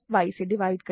y से divide करें